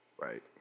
right